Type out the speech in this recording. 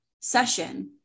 session